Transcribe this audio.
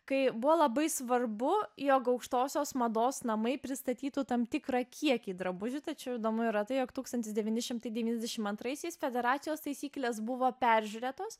kai buvo labai svarbu jog aukštosios mados namai pristatytų tam tikrą kiekį drabužių tačiau įdomu yra tai jog tūkstantis devyni šimtai devyniasdešim antraisiais federacijos taisyklės buvo peržiūrėtos